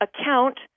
account